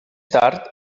tard